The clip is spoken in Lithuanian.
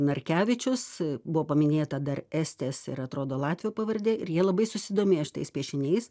narkevičius buvo paminėta dar estės ir atrodo latvio pavardė ir jie labai susidomėjo šitais piešiniais